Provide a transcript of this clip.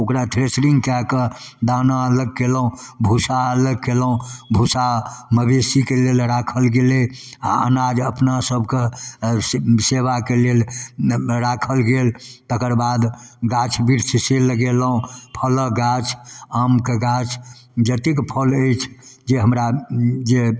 ओकरा थ्रेसिङ्ग कऽ कऽ दाना अलग केलहुँ भुस्सा अलग केलहुँ भुस्सा मवेशीके लेल राखल गेलै आओर अनाज अपना सभके सेवा सेवाके लेल राखल गेल तकर बाद गाछ बिरिछ से लगेलहुँ फलके गाछ आमके गाछ जतेक फल अछि जे हमरा जे